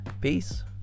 peace